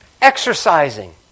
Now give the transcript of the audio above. Exercising